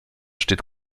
steht